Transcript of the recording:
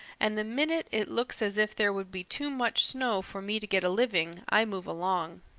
and the minute it looks as if there would be too much snow for me to get a living, i move along.